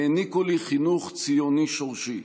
העניקו לי חינוך ציוני שורשי.